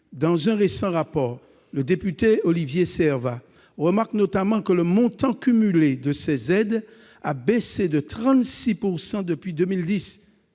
Dans un récent rapport, le député Olivier Serva remarque notamment que le montant cumulé de ces aides a baissé de 36 % depuis 2010,